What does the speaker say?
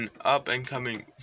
up-and-coming